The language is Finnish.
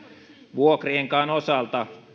vuokrienkaan osalta